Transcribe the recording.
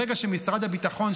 ברגע שמשרד הביטחון,